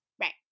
right